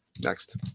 Next